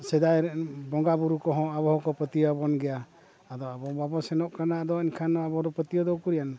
ᱥᱮᱫᱟᱭ ᱨᱮᱱ ᱵᱚᱸᱜᱟ ᱵᱳᱨᱳ ᱠᱚᱦᱚᱸ ᱟᱵᱚ ᱠᱚ ᱯᱟᱹᱛᱭᱟᱹᱣ ᱟᱵᱚᱱ ᱜᱮᱭᱟ ᱟᱫᱚ ᱟᱵᱚ ᱵᱟᱵᱚᱱ ᱥᱮᱱᱚᱜ ᱠᱟᱱᱟ ᱟᱫᱚ ᱮᱱᱠᱷᱟᱱ ᱟᱵᱚ ᱫᱚ ᱯᱟᱹᱛᱭᱟᱹᱣ ᱫᱚ ᱩᱠᱩᱨᱟᱱ